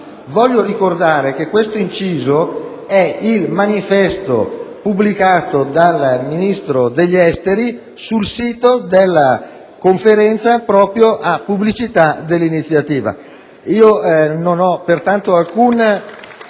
Voglio ricordare che questo inciso è il manifesto pubblicato dal Ministro degli affari esteri sul sito della Conferenza proprio a pubblicità dell'iniziativa. *(Applausi